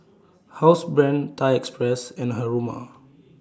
Housebrand Thai Express and Haruma